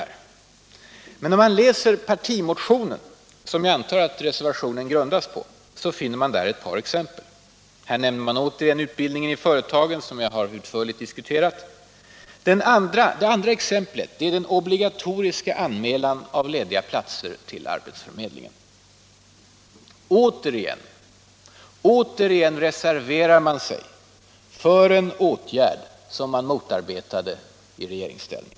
Men läser man den socialdemokratiska partimotion som jag antar att reservationerna grundar sig på, finner man där ett par exempel. Här nämns återigen utbildningen i företagen, som jag nyss utförligt har redovisat. Det andra exemplet är den obligatoriska anmälan av lediga platser till arbetsförmedlingen. Återigen reserverar man sig för en åtgärd, som man motarbetade i regeringsställning!